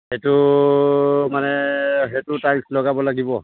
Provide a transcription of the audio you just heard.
এইটো মানে সেইটোও টাইলছ লগাব লাগিব